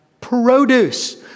produce